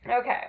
Okay